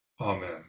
Amen